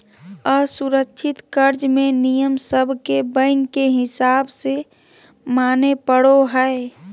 असुरक्षित कर्ज मे नियम सब के बैंक के हिसाब से माने पड़ो हय